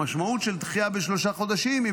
המשמעות של דחייה בשלושה חודשים היא